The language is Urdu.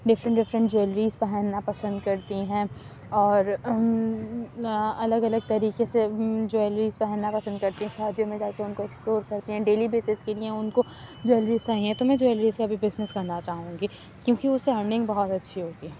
ڈیفرینٹ ڈیفرینٹ جویلریز پہننا پسند کرتی ہیں اور الگ الگ طریقے سے جویلیریز پہننا پسند کرتی شادیوں میں جا کے ان کو ایکسپورٹ کرتی ہیں ڈیلی بیسس کے لیے ان کو جویلریز چاہیے تو میں جویلریز کا بھی بجنیس کرنا چاہوں گی کیوں کہ اس سے ارننگ بہت اچھی ہوتی ہے